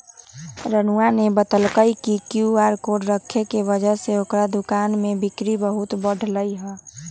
रानूआ ने बतल कई कि क्यू आर कोड रखे के वजह से ओकरा दुकान में बिक्री बहुत बढ़ लय है